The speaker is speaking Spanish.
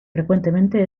frecuentemente